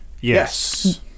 yes